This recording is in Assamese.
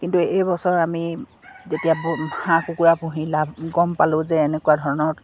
কিন্তু এইবছৰ আমি যেতিয়া হাঁহ কুকুৰা পুহি লাভ গম পালোঁ যে এনেকুৱা ধৰণৰ